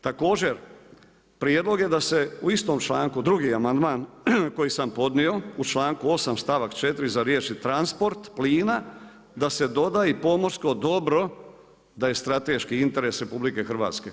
Također prijedlog je da se u istom članku, drugi amandman koji sam podnio u članku 8. stavak 4 za riješiti transport plina, da se doda i pomorsko dobro, da je strateški interes RH.